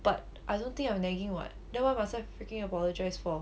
but I don't think I'm nagging [what] then why must I freaking apologize for